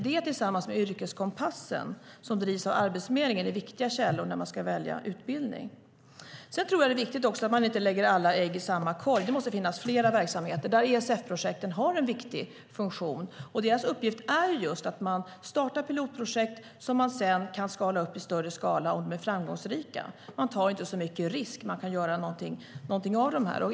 Detta tillsammans med Yrkeskompassen, som drivs av Arbetsförmedlingen, är viktiga källor när man ska välja utbildning. Jag tror också att det är viktigt att man inte lägger alla ägg i samma korg. Det måste finnas flera verksamheter, och där har ESF-projekten en viktig funktion. Deras uppgift är just att starta pilotprojekt som man sedan kan skala upp i större skala om de är framgångsrika. Man tar inte så stor risk, och man kan göra någonting av dessa.